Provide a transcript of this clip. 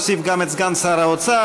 אוסיף גם את סגן שר האוצר,